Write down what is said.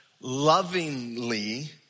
lovingly